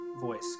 voice